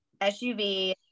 SUV